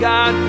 God